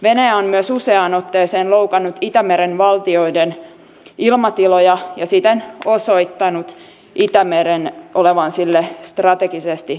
venäjä on myös useaan otteeseen loukannut itämeren valtioiden ilmatiloja ja siten osoittanut itämeren olevan sille strategisesti merkittävä